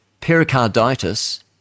pericarditis